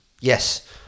Yes